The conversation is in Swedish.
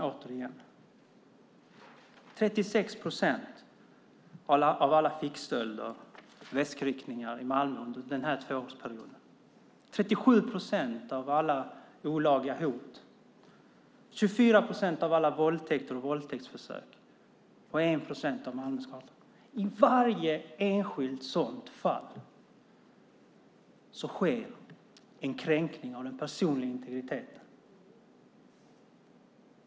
Det handlar om 36 procent av alla fickstölder och väskryckningar i Malmö under den här tvåårsperioden, 37 procent av alla olagliga hot och 24 procent av alla våldtäkter och våldtäktsförsök som sker på 1 procent av Malmös gator. I varje enskilt sådant fall sker en kränkning av den personliga integriteten.